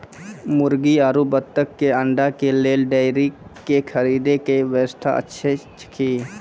मुर्गी आरु बत्तक के अंडा के लेल डेयरी के खरीदे के व्यवस्था अछि कि?